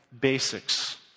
basics